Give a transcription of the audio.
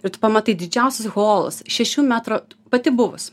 ir tu pamatai didžiausius holus šešių metrų pati buvus